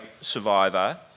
survivor